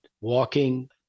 walking